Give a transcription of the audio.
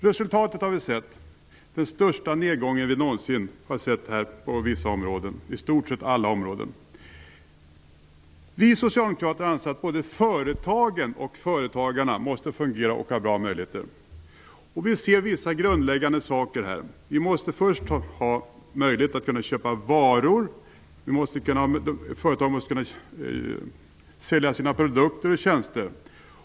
Resultatet är den största nedgången som vi någonsin har sett på i stort sett alla områden. Vi socialdemokrater anser att både företagen och företagarna måste fungera och ges bra möjligheter. Det kräver vissa grundläggande förutsättningar. För det första måste det finnas möjlighet att köpa varor. Företagen måste kunna sälja sina produkter och tjänster.